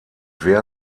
wer